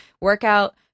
workout